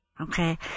Okay